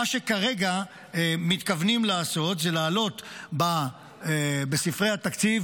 מה שכרגע מתכוונים לעשות הוא להעלות רפורמה חדשה בספרי התקציב,